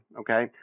okay